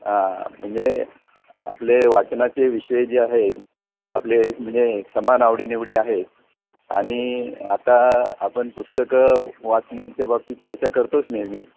हां म्हणजे आपले वाचनाचे विषय जे आहेत आपले म्हणजे समान आवडीनिवडी आहेत आणि आता आपण पुस्तकं वाचण्याच्या बाबतीत चर्चा करतोच नेहमी